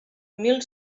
mil